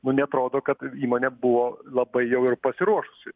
nu neatrodo kad įmonė buvo labai jau ir pasiruošusi